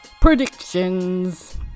predictions